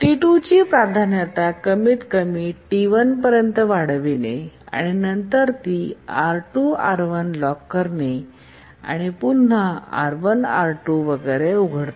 T2ची प्राधान्यता कमीतकमी T1पर्यंत वाढविणे आणि नंतर ती R2 R1 लॉक करते आणि पुन्हा R1 R2 वगैरे उघडते